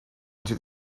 into